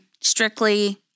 strictly